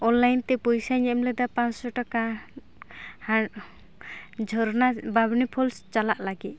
ᱚᱱᱞᱟᱭᱤᱱᱛᱮ ᱯᱚᱭᱥᱟᱧ ᱮᱢ ᱞᱮᱫᱟ ᱯᱟᱸᱥᱥᱚ ᱴᱟᱠᱟ ᱟᱨ ᱡᱷᱚᱨᱱᱟ ᱵᱟᱢᱱᱤ ᱯᱷᱚᱞᱥ ᱪᱟᱞᱟᱜ ᱞᱟᱹᱜᱤᱫ